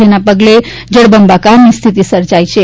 જેના પગલે જળબંબાકારની સ્થિતિ સર્જાઇ હતી